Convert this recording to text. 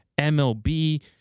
MLB